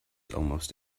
almost